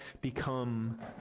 become